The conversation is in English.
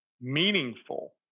meaningful